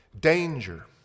Danger